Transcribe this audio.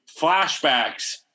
Flashbacks